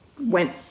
went